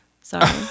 sorry